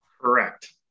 Correct